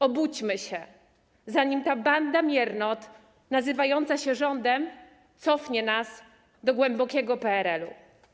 Obudźmy się, zanim ta banda miernot nazywająca się rządem cofnie nas do głębokiego PRL-u.